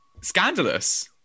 scandalous